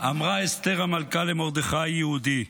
אמרה אסתר המלכה למרדכי היהודי: